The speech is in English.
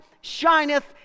shineth